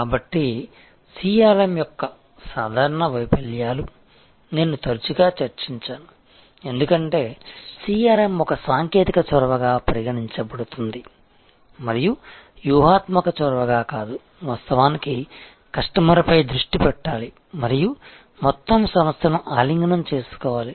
కాబట్టి CRM యొక్క సాధారణ వైఫల్యాలు నేను తరచుగా చర్చించాను ఎందుకంటే CRM ఒక సాంకేతిక చొరవగా పరిగణించబడుతుంది మరియు వ్యూహాత్మక చొరవగా కాదు వాస్తవానికి కస్టమర్పై దృష్టి పెట్టాలి మరియు మొత్తం సంస్థను ఆలింగనం చేసుకోవాలి